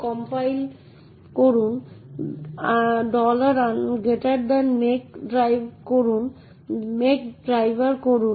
নিম্নরূপ একটি বিশেষ নীতি হল নিশ্চিত করা যে শুধুমাত্র প্রমাণীকৃত ব্যবহারকারীরা সিস্টেমটি অ্যাক্সেস করতে সক্ষম হবেন